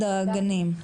הברכות,